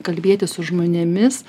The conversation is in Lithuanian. kalbėtis su žmonėmis